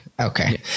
Okay